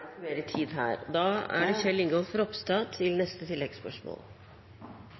mer tid her. Kjell Ingolf Ropstad – til